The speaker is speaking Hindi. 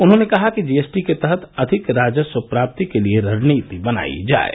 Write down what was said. उन्होंने कहा कि जीएसटी के तहत अधिक राजस्व प्राप्ति के लिए रणनीति बनाई जाये